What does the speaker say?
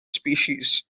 species